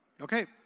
Okay